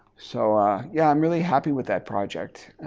so ah yeah i'm really happy with that project.